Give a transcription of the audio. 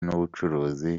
n’ubucuruzi